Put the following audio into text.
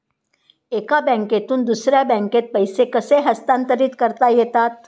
एका बँकेतून दुसऱ्या बँकेत पैसे कसे हस्तांतरित करता येतात?